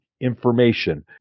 information